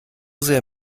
sehr